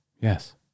Yes